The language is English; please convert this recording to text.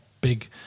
big